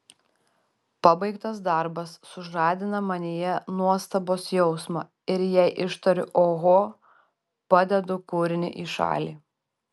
pabaigtas darbas sužadina manyje nuostabos jausmą ir jei ištariu oho padedu kūrinį į šalį